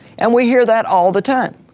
and we hear that all the time,